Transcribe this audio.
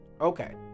Okay